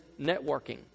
networking